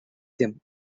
them